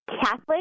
Catholic